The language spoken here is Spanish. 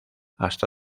hasta